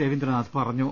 രവീന്ദ്രനാഥ് പറഞ്ഞു